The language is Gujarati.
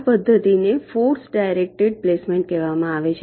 આ પદ્ધતિને ફોર્સ ડાયરેકટેડ પ્લેસમેન્ટ કહેવામાં આવે છે